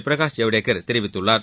பிரகாஷ் ஜவ்டேகா தெரிவித்துள்ளார்